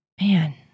man